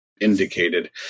indicated